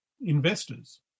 investors